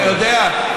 אתה יודע,